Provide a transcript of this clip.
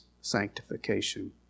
sanctification